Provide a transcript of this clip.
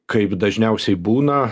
kaip dažniausiai būna